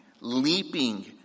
leaping